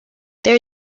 there